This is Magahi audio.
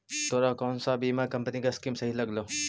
तोरा कौन सा बीमा कंपनी की स्कीम सही लागलो